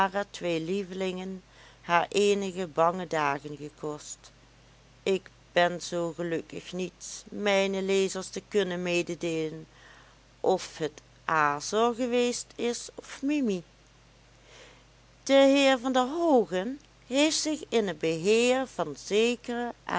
twee lievelingen haar eenige bange dagen gekost ik ben zoo gelukkig niet mijne lezers te kunnen mededeelen of het azor geweest is of mimi de heer van der hoogen heeft zich in het beheer van zekere